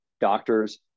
doctors